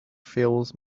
fills